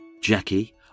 Jackie